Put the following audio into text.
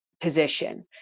position